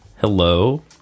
Hello